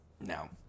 no